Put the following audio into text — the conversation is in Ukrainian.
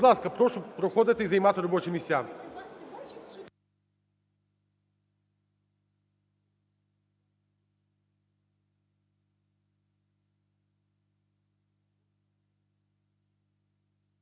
ласка, прошу проходити і займати робочі місця.